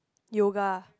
yoga